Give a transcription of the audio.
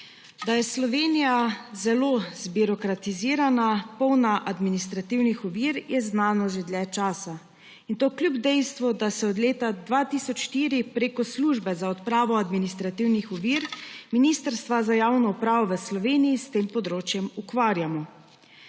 Da je Slovenija zelo zbirokratizirana, polna administrativnih ovir, je znano že dlje časa in to kljub dejstvu, da se od leta 2004 preko Sektorja za odpravo administrativnih ovir Ministrstva za javno upravo v Slovenije s tem področjem ukvarjamo.